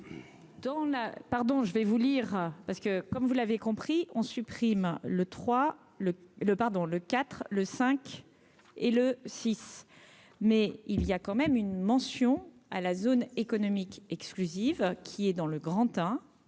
pardon, je vais vous lire parce que, comme vous l'avez compris : on supprime le trois le le pardon, le 4 le 5 et le 6 mai il y a quand même une mention à la zone économique exclusive qui est dans le grand